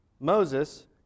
Moses